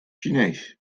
chinees